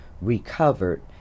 recovered